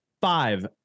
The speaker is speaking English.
five